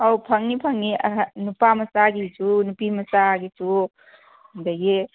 ꯑꯧ ꯐꯪꯅꯤ ꯐꯪꯅꯤ ꯅꯨꯄꯥ ꯃꯆꯥꯒꯤꯁꯨ ꯅꯨꯄꯤ ꯃꯆꯥꯒꯤꯁꯨ ꯑꯗꯒꯤ